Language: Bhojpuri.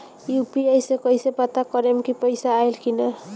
यू.पी.आई से कईसे पता करेम की पैसा आइल की ना?